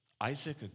Isaac